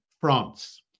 France